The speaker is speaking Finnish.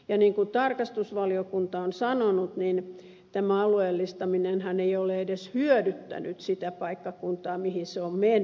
niin kuin tarkastusvaliokunta on sanonut tämä alueellistaminenhan ei ole edes hyödyttänyt sitä paikkakuntaa mihin se toiminta on mennyt